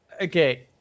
Okay